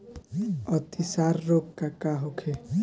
अतिसार रोग का होखे?